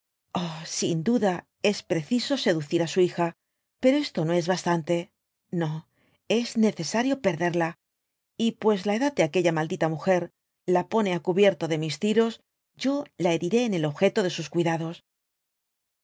sin duda es preciso seducir á su hija pero esto no es bastante no es necesario perderla y pues la edad de aquella maldita múger la pone á cubierto de mis tiros yo la heriré en el objeto de sus cuidados